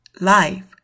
Life